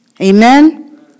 Amen